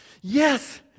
Yes